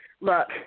look